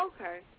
Okay